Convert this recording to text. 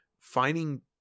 finding